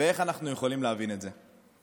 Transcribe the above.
ואיך אנחנו יכולים להבין את זה?